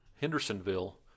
Hendersonville